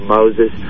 Moses